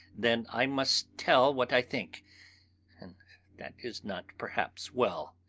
then i must tell what i think and that is not perhaps well.